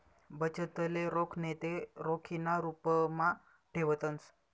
बचतले रोख नैते रोखीना रुपमा ठेवतंस